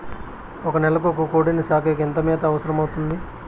ఒక నెలకు ఒక కోడిని సాకేకి ఎంత మేత అవసరమవుతుంది?